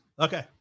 Okay